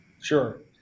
Sure